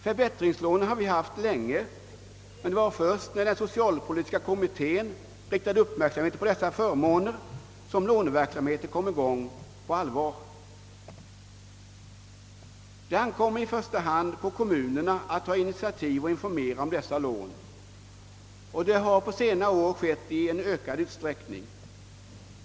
Förbättringslånen har vi haft länge, men det var först när socialpolitiska kommittén riktade uppmärksamheten på dessa förmåner som låneverksamheten kom i gång på allvar. Det ankommer i första hand på kommunerna att ta initiativ och informera om dessa lån, och det har på senare år skett i en ökad utsträckning.